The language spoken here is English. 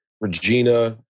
Regina